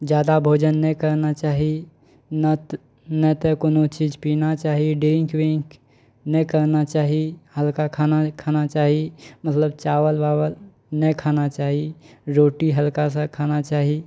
जादा भोजन नहि करना चाही नत नहि तऽ कोनो चीज पीना चाही ड्रिंक विंक नहि करना चाही हल्का खाना खाना चाही मतलब चावल वावल नहि खाना चाही रोटी हल्कासँ खाना चाही